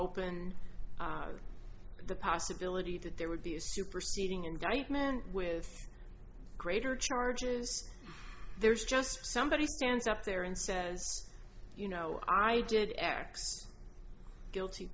open the possibility that there would be a superseding indictment with greater charges there's just somebody stands up there and says you know i did x guilty